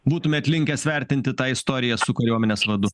būtumėt linkęs vertinti tą istoriją su kariuomenės vadu